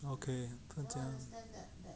okay 可见